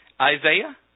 Isaiah